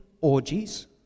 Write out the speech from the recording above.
orgies